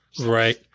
Right